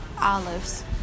olives